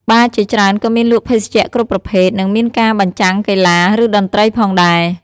បារជាច្រើនក៏មានលក់ភេសជ្ជៈគ្រប់ប្រភេទ និងមានការបញ្ចាំងកីឡា ឬតន្ត្រីផងដែរ ។